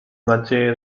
nadzieję